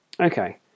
Okay